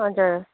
हजुर